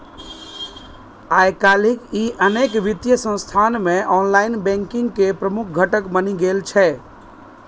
आइकाल्हि ई अनेक वित्तीय संस्थान मे ऑनलाइन बैंकिंग के प्रमुख घटक बनि गेल छै